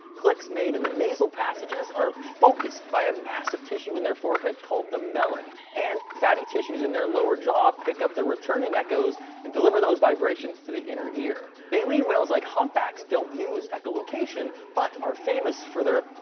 clicks made in the nasal passages are focused by a mass of tissue in their foreheads called the melon, and fatty tissues in their lower jaw pick up the returning echoes and deliver the vibrations to the inner ear. baleen whales like humpbacks don't use echolocation, but are famous for their